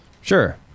Sure